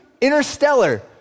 Interstellar